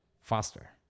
faster